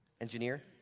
Engineer